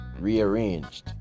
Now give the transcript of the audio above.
Rearranged